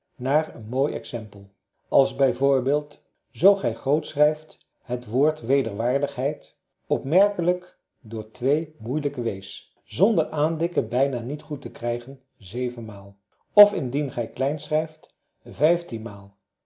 naar een mooi exempel als bijv zoo gij groot schrijft het woord wederwaardigheid opmerkelijk door twee moeilijke w's zonder aandikken bijna niet goed te krijgen zevenmaal of indien gij klein schrijft vijftien maal